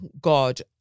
God